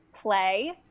play